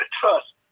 trust